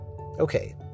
Okay